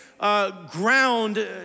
Ground